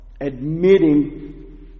admitting